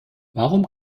warum